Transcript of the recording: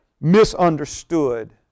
misunderstood